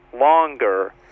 longer